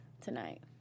tonight